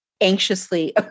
anxiously